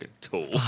tool